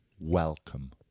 Welcome